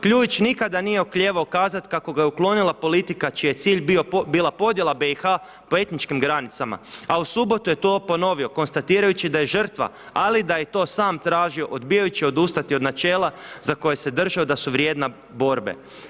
Kljuić nikada nije oklijevao kazat kako ga je uklonila politika čiji je cilj bila podjela BIH po etničkim granicama, a u subotu je to ponovio konstatirajući da je žrtva, ali da je to sam tražio odbijajući odustati od načela za koje se držao da su vrijedna borbe.